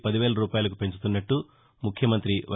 పదివేల రూపాయలకు పెంచుతున్నట్లు ముఖ్యమంతి వై